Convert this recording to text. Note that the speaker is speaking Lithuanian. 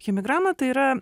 chimigrama tai yra